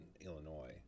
Illinois